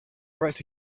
write